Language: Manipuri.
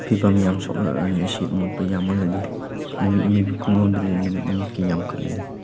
ꯐꯤꯕꯝ ꯌꯥꯝ ꯁꯣꯛꯅꯔꯛꯑꯅꯤ ꯁꯤ ꯑꯃꯣꯠꯄ ꯌꯥꯝꯃꯜꯂꯗꯤ ꯅꯨꯃꯤꯠ ꯅꯨꯃꯤꯠ ꯈꯨꯜꯍꯧꯗ꯭ꯔꯗꯗꯤ ꯅꯨꯃꯤꯠ ꯅꯨꯃꯤꯠꯀꯤ ꯌꯥꯝꯈꯠꯂꯅꯤ